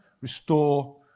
restore